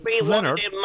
Leonard